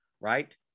right